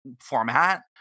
format